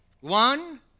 One